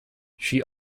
she